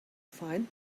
find